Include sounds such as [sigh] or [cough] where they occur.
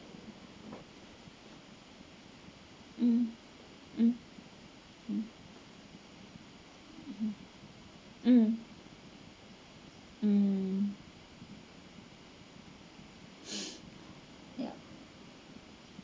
mm mm mm mm um mm [breath] yeah